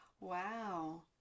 wow